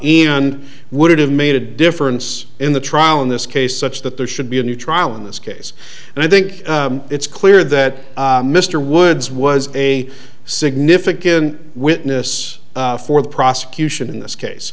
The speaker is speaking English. and would it have made a difference in the trial in this case such that there should be a new trial in this case and i think it's clear that mr woods was a significant witness for the prosecution in this case